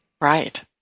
Right